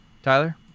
Tyler